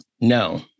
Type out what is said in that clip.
No